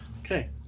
Okay